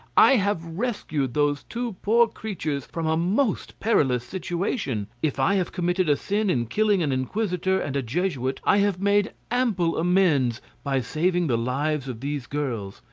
i have rescued those two poor creatures from a most perilous situation. if i have committed a sin in killing an inquisitor and a jesuit, i have made ample amends by saving the lives of these girls.